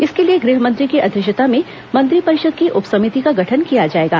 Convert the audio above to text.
इसके लिए गृह मंत्री की अध्यक्षता में मंत्रिपरिषद की उपसमिति का गठन किया जाएगा